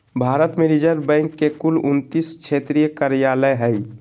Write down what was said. भारत में Reserve Bank के कुल उन्तीस क्षेत्रीय कार्यालय हइ